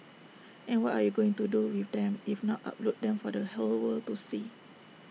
and what are you going to do with them if not upload them for the whole world to see